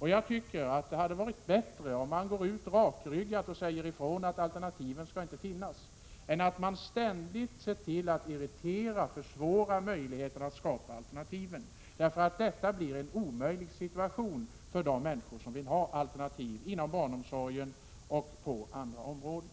Jag tycker att det hade varit bättre om man hade gått ut rakryggat och sagt ifrån att alternativ inte skall finnas, än att man ständigt ser till att irritera och försvåra möjligheterna att skapa alternativ. Det innebär en omöjlig situation för de människor som vill ha alternativ inom barnomsorgen och på andra områden.